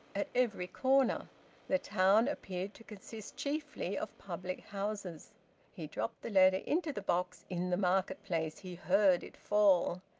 at every corner the town appeared to consist chiefly of public-houses. he dropped the letter into the box in the market-place he heard it fall.